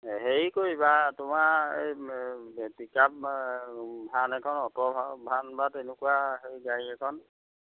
হেৰি কৰিবা তোমাৰ এই পিক আপ ভান এখন অট' ভান বা তেনেকুৱা সেই গাড়ী এখন